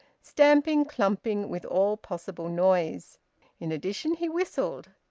stamping, clumping, with all possible noise in addition he whistled.